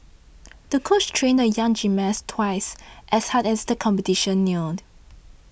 the coach trained the young gymnast twice as hard as the competition neared